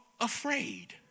afraid